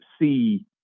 see